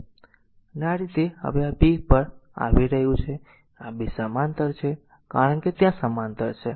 તેથી આ રીતે તે હવે આ 2 પર આ 2 પર આવી રહ્યું છે અને આ 2 સમાંતર છે કારણ કે ત્યાં સમાંતર છે